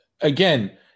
again